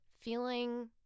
feeling